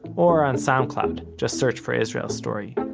or on soundcloud just search for israel story.